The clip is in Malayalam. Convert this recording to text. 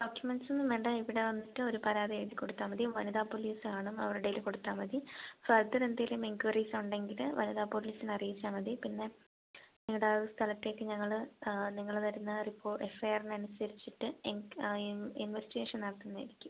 ഓക്കെ മറ്റൊന്നും വേണ്ട ഇവിടെ വന്നിട്ട് ഒരു പരാതി എഴുതി കൊടുത്താൽ മതി വനിത പോലീസ് കാണും അവരുടേൽ കൊടുത്താൽ മതി സ്ഥലത്തിനെന്തേലും എൻക്വയറീസുണ്ടെങ്കിൽ വനിത പോലീസിനെ അറിയിച്ചാൽ മതി പിന്നെ നിങ്ങളുടെ സ്ഥലത്തേക്ക് ഞങ്ങൾ നിങ്ങൾ തരുന്ന റിപ്പോ എഫ്യാ ഐ ആറിനനുസരിച്ചിട്ട് എൻ ഇൻ ഇൻവെസ്റ്റിഗേഷൻ നടത്തുന്നതായിരിക്കും